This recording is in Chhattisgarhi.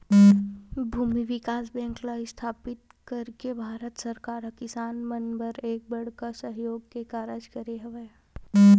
भूमि बिकास बेंक ल इस्थापित करके भारत सरकार ह किसान मन बर एक बड़का सहयोग के कारज करे हवय